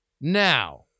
Now